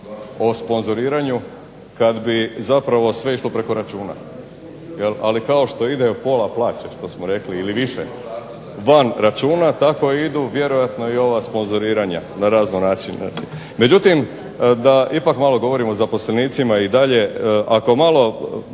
o sponzoriranju kad bi zapravo sve išlo preko računa, ali kao što ide pola plaće kao što smo rekli ili više van računa tako idu vjerojatno i ova sponzoriranja na razne načine. Međutim, da ipak malo govorimo o zaposlenicima i dalje. Ajmo